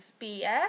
BS